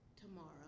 tomorrow